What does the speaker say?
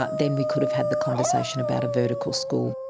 ah then we could have had the conversation about a vertical school.